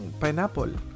pineapple